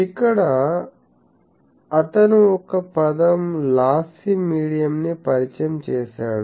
ఇక్కడ అతను ఒక పదం లాస్సీ మీడియం ని పరిచయం చేసాడు